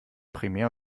primär